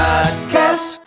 Podcast